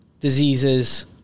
diseases